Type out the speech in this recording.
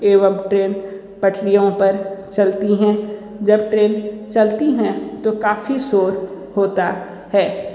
एवं ट्रेन पटरियों पर चलती हैं जब ट्रेन चलती हैं तो काफ़ी शोर होता है